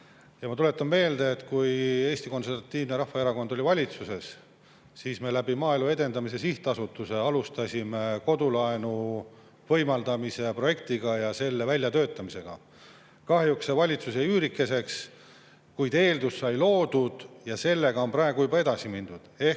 Ma tuletan meelde, et kui Eesti Konservatiivne Rahvaerakond oli valitsuses, siis me Maaelu Edendamise Sihtasutuses alustasime kodulaenu võimaldamise projekti väljatöötamist. Kahjuks jäi selle valitsuse [aeg] üürikeseks, kuid eeldus sai loodud ja selle projektiga on praegu ka edasi mindud.